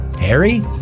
Harry